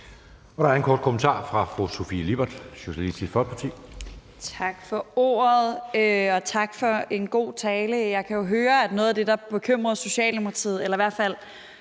Der er en kort bemærkning fra fru Sofie Lippert, Socialistisk Folkeparti. Kl. 10:48 Sofie Lippert (SF): Tak for ordet, og tak for en god tale. Jeg kan jo høre, at noget af det, der bekymrer Socialdemokratiet, eller som